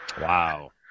Wow